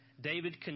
David